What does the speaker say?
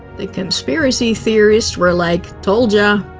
the conspiracy theorists were like told ya!